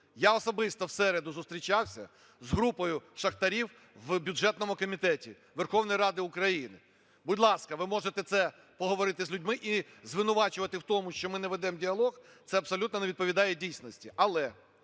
Я особисто в середу зустрічався з групою шахтарів в бюджетному комітеті Верховної Ради України. Будь ласка, ви можете це поговорити людьми, і звинувачувати в тому, що ми не ведемо діалог, це абсолютно не відповідає дійсності. Але